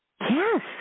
Yes